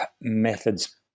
methods